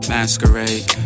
Masquerade